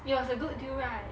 it was a good deal right